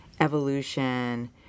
evolution